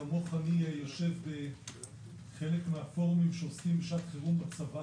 כמוך אני יושב בחלק מהפורומים שעוסקים בשעת חירום בצבא.